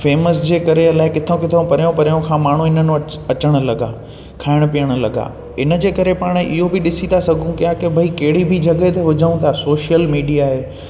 famous जे करे अलाइ किथां किथां परियां परियां खां माण्हू इन्हनि वटि अचणु लॻा खाइणु पिअणु लॻा हिन जे करे पाण इहो बि ॾिसी था सघूं क्या की भई कहिड़ी बि जॻहि ते हुजऊं था सोशल मीडिया आहे